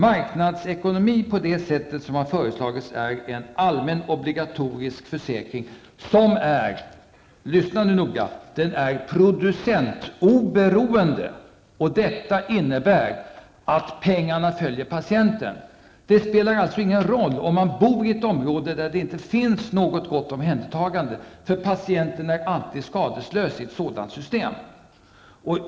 Marknadsekonomi på det sätt som har föreslagits innebär en allmän obligatorisk försäkring som är -- lyssna nu noga! -- producentoberoende. Det betyder att pengarna följer patienten. Det spelar alltså ingen roll om man bor i ett område där det inte förekommer något gott omhändertagande -- patienten hålls i ett sådant system alltid skadeslös.